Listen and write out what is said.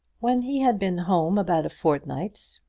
when he had been home about a fortnight,